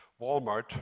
Walmart